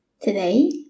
today